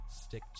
stick